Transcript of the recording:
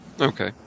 Okay